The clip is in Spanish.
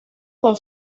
con